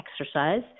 exercise